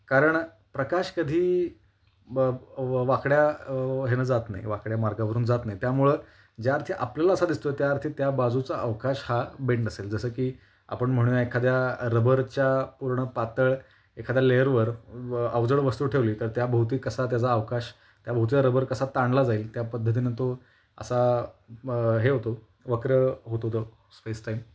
कारण प्रकाश कधी ब वाकड्या ह्यानं जात नाही वाकड्या मार्गावरून जात नाही त्यामुळे ज्याअर्थी आपल्याला असा दिसतो त्याअर्थी त्या बाजूचा अवकाश हा बेंड असेल जसं की आपण म्हणूया एखाद्या रबरच्या पूर्ण पातळ एखाद्या लेअरवर व अवजड वस्तू ठेवली तर त्याभोवती कसा त्याचा अवकाश त्याभोवतीचा रबर कसा ताणला जाईल त्या पद्धतीनं तो असा हे होतो वक्र होतो तो स्पेस टाईम